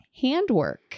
handwork